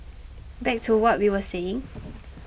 back to what we were saying